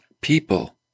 people